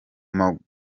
mahugurwa